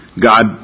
God